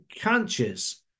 conscious